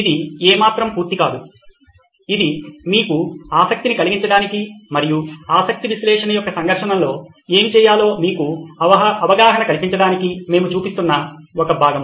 ఇది ఏమాత్రం పూర్తికాదు ఇది మీకు ఆసక్తిని కలిగించడానికి మరియు ఆసక్తి విశ్లేషణ యొక్క సంఘర్షణలో ఏమి చేయాలో మీకు అవగాహన కల్పించడానికి మేము చూపిస్తున్న ఒక భాగం